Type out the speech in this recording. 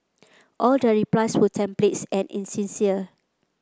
all their replies were templates and insincere